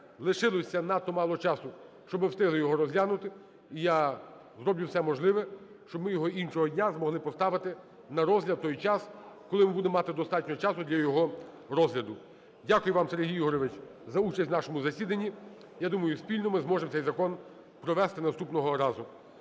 лишилося надто мало часу, щоб ми встигли його розглянути. І я зроблю все можливе, щоб ми його іншого дня змогли поставити на розгляд в той час, коли ми будемо мати достатньо часу для його розгляду. Дякую вам, Сергій Ігорович, за участь в нашому засіданні. Я думаю, спільно ми зможемо цей закон провести наступного разу.